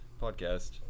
podcast